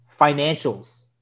financials